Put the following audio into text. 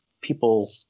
people